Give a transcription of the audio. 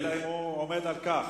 אלא אם הוא עומד על כך.